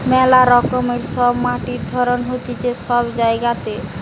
মেলা রকমের সব মাটির ধরণ হতিছে সব জায়গাতে